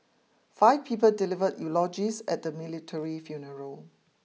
five people delivered eulogies at the military funeral